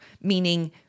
Meaning